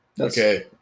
Okay